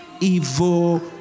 evil